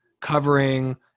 covering